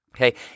Okay